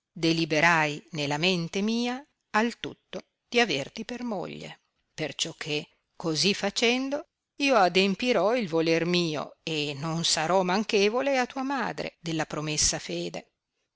deliberai nella mente mia al tutto di averti per moglie perciò che così facendo io adempirò il voler mio e non sarò manchevole a tua madre della promessa fede